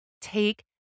take